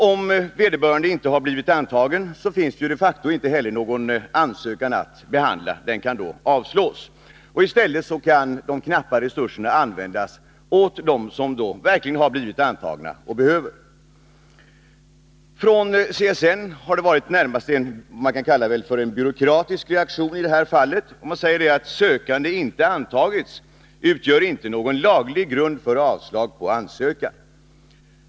Om vederbörande inte har blivit antagen, finns det de facto inte heller någon ansökan att behandla — den kan då avslås. I stället kan de knappa resurserna ges åt dem som verkligen har blivit antagna och behöver stödet. Från CSN har det i detta fall kommit vad man närmast kan kalla för en byråkratisk reaktion. CSN säger att det faktum att sökande inte har antagits ”utgör inte någon laglig grund för avslag på ansökan”.